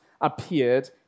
appeared